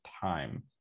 time